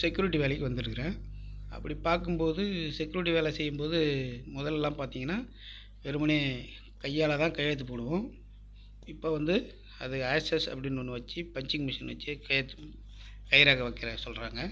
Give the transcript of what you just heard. security வேலைக்கு வந்துருக்கிறேன் அப்படி பார்க்கும் போது செக்யூரிட்டி வேலை செய்யும் போது மொதல்லாம் பாத்திங்கன்னா வெறுமனே கையால்தான் கையெழுத்துப் போடுவோம் இப்போ வந்து அது ஆஷஸ் அப்படின்னு ஒன்று வச்சு பஞ்சிங் மிஷின் வச்சு கையெழுத் கைரேகை வைக்க சொல்றாங்க